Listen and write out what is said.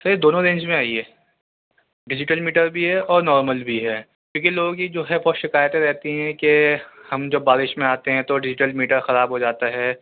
سر یہ دونوں رینج میں آئی ہے ڈجیٹل میٹر بھی ہے اور نارمل بھی ہے کیونکہ لوگوں کی جو ہے بہت شکایتیں رہتی ہیں کہ ہم جب بارش میں آتے ہیں تو ڈیجیٹل میٹر خراب ہو جاتا ہے